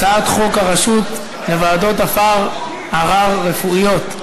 הצעת חוק הרשות לוועדות ערר רפואיות,